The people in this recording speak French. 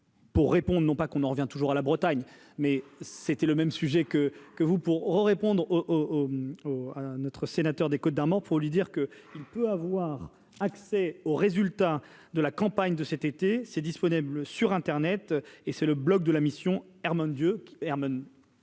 Pour répondre, non pas qu'on en revient toujours à la Bretagne, mais c'était le même sujet que que vous pour oh répondre au au au, un autre sénateur des Côtes d'Armor pour lui dire que il peut avoir accès aux résultats de la campagne de cet été, c'est disponible sur Internet et c'est le bloc de la mission Herman Dieu